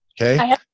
okay